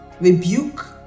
rebuke